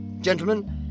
Gentlemen